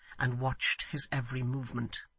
and watched his every movement.